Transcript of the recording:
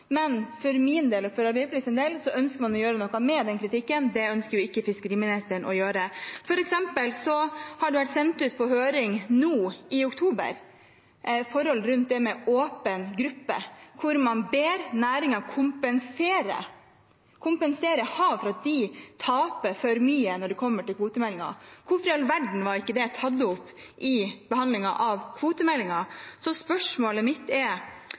å gjøre noe med denne kritikken – det ønsker ikke fiskeriministeren å gjøre. For eksempel ble det nå i oktober sendt ut på høring forhold knyttet til åpen gruppe, hvor man ber næringen kompensere havfiskeflåten fordi de taper for mye når det kommer til kvotemeldingen. Hvorfor i all verden ble ikke det tatt opp i behandlingen av kvotemeldingen? Fiskarlaget har kalt dette uryddig, har sagt at det er